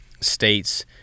states